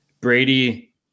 Brady